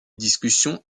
discussion